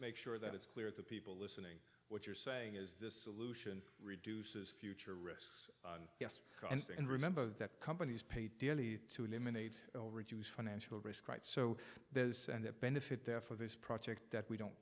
make sure that it's clear to people listening what you're saying is this solution reduces future risks yes and remember that companies pay dearly to eliminate or reduce financial risk right so there's and that benefit there for this project that we don't